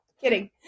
kidding